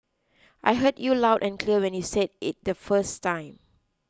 I heard you loud and clear when you said it the first time